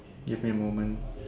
give me a moment